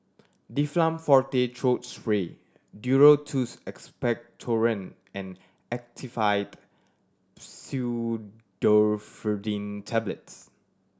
Difflam Forte Throat Spray Duro Tuss Expectorant and Actifed Pseudoephedrine Tablets